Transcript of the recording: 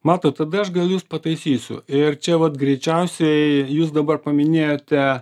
matot tada aš gali jus pataisysiu ir čia vat greičiausiai jūs dabar paminėjote